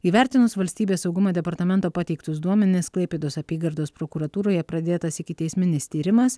įvertinus valstybės saugumo departamento pateiktus duomenis klaipėdos apygardos prokuratūroje pradėtas ikiteisminis tyrimas